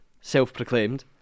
Self-proclaimed